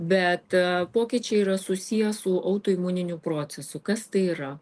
bet pokyčiai yra susiję su autoimuniniu procesu kas tai yra